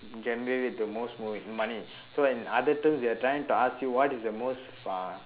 generate the most mon~ money so in other terms they are trying to ask what is the most fun